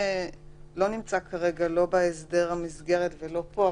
שלא נמצא כרגע לא בהסדר המסגרת ולא פה,